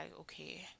okay